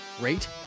rate